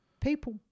people